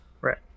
Right